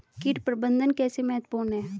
कीट प्रबंधन कैसे महत्वपूर्ण है?